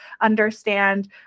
understand